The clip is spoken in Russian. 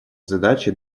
задачи